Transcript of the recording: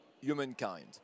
humankind